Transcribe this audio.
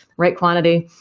right quantity,